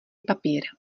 papír